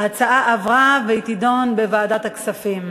ההצעה עברה והיא תידון בוועדת הכספים.